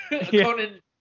Conan